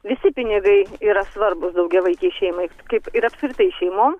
visi pinigai yra svarbūs daugiavaikei šeimai kaip ir apskritai šeimom